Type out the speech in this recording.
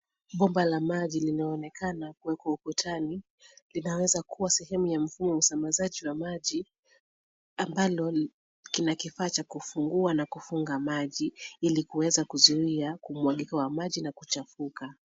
Bomba la maji linaonekana kuwekwa ukutani. Inaweza kuwa sehemu ya mfumo wa usambazaji wa maji ambalo kina kifaa cha kufungua na kufunga maji, ili kuweza kuzuia kumwagika wa maji na kuchafuka.